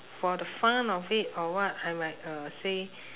for the fun of it or what I might uh say